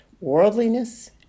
worldliness